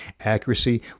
Accuracy